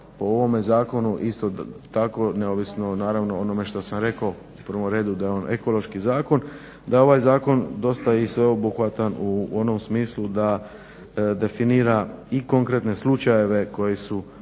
po ovome zakonu isto tako neovisno naravno o onome što sam rekao u prvom redu da je on ekološki zakon, da je ovaj zakon dosta i sveobuhvatan u onom smislu da definira i konkretne slučajeve koji su